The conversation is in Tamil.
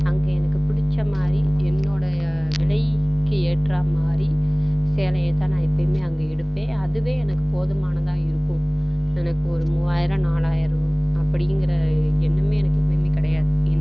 அங்கே எனக்கு பிடிச்ச மாதிரி என்னுடைய விலைக்கு ஏற்ற மாதிரி சேலையைத்தான் நான் எப்போயுமே அங்கே எடுப்பேன் அதுவே எனக்கு போதுமானதாக இருக்கும் எனக்கு ஒரு மூவாயிரம் நாலாயிரம் அப்படிங்கிற எண்ணமே எனக்கு இப்போயுமே கிடையாது